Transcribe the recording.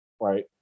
right